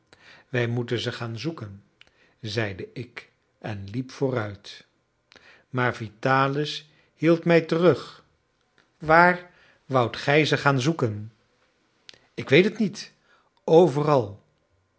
wij moeten ze gaan zoeken zeide ik en ik liep vooruit maar vitalis hield mij terug waar woudt gij ze gaan zoeken ik weet het niet overal